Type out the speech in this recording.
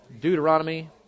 Deuteronomy